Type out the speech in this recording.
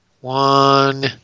One